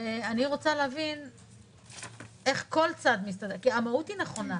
כי המהות היא נכונה.